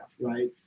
Right